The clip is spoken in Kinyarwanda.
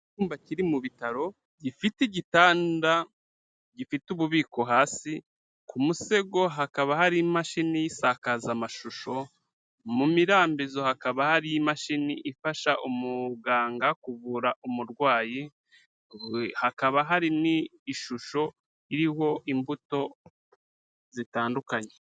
Icyumba kiri mu bitaro gifite igitanda gifite ububiko hasi, ku musego hakaba hari imashini y'isakazamashusho, mu mirambizo hakaba hari imashini ifasha umuganga kuvura umurwayi, hakaba hari n'ishusho iriho imbuto zitandukanye.